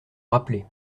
rappelé